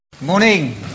morning